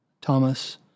Thomas